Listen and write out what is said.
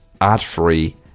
ad-free